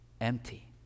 Empty